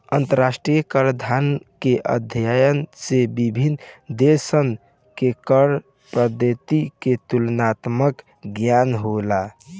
अंतरराष्ट्रीय कराधान के अध्ययन से विभिन्न देशसन के कर पद्धति के तुलनात्मक ज्ञान होला